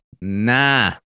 nah